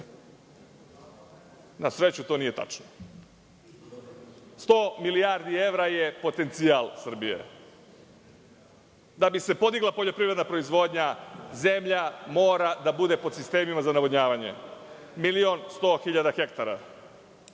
Na sreću, to nije tačno. Potencijal Srbije je 100 milijarde evra. Da bi se podigla poljoprivredna proizvodnja, zemlja mora da bude pod sistemima za navodnjavanje, milion i 100 hiljada hektara.